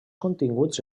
continguts